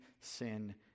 sin